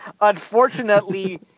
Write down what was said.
unfortunately